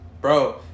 bro